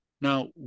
Now